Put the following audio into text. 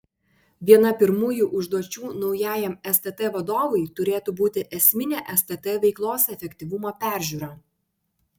viena pirmųjų užduočių naujajam stt vadovui turėtų būti esminė stt veiklos efektyvumo peržiūra